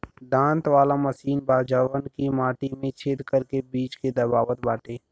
दांत वाला मशीन बा जवन की माटी में छेद करके बीज के दबावत बाटे